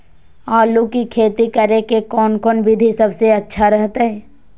आलू की खेती करें के कौन कौन विधि सबसे अच्छा रहतय?